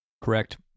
Correct